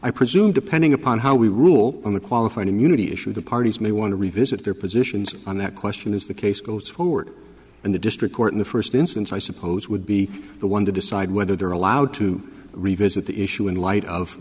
i presume depending upon how we rule on the qualified immunity issue the parties may want to revisit their positions on that question is the case goes forward and the district court in the first instance i suppose would be the one to decide whether they're allowed to revisit the issue in light of